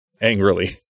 angrily